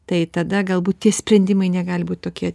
tai tada galbūt tie sprendimai negali būt tokie